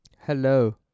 Hello